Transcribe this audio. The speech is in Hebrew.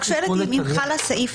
כמובן שיש סעיף בחוק לגבי הגנת בית מגורים